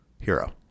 Hero